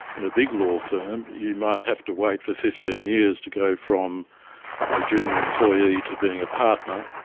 in a big law firm you might have to wait for fifteen years to go from a junior employee to being a partner.